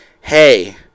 hey